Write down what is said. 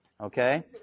okay